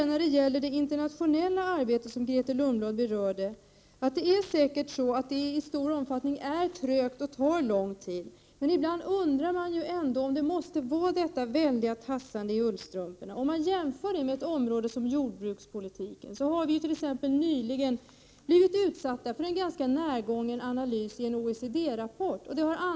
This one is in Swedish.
När det gäller det internationella arbetet, som Grethe Lundblad berörde, vill jag säga att det säkert är så att det är mycket trögt och tar lång tid. Men ibland undrar man ändå om det måste vara ett sådant tassande i ullstrumporna. På jordbrukspolitikens område har Sverige och vissa andra länder nyligen blivit utsatta för en ganska närgången analys i en OECD-rapport.